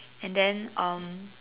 and then um